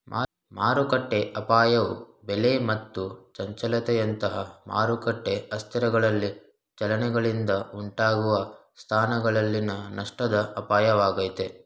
ಮಾರುಕಟ್ಟೆಅಪಾಯವು ಬೆಲೆ ಮತ್ತು ಚಂಚಲತೆಯಂತಹ ಮಾರುಕಟ್ಟೆ ಅಸ್ಥಿರಗಳಲ್ಲಿ ಚಲನೆಗಳಿಂದ ಉಂಟಾಗುವ ಸ್ಥಾನಗಳಲ್ಲಿನ ನಷ್ಟದ ಅಪಾಯವಾಗೈತೆ